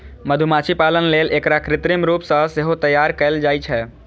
मधुमाछी पालन लेल एकरा कृत्रिम रूप सं सेहो तैयार कैल जाइ छै